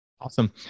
Awesome